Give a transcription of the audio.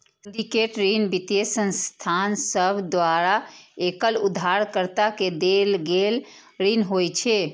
syndicate ऋण वित्तीय संस्थान सभ द्वारा एकल उधारकर्ता के देल गेल ऋण होइ छै